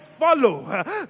follow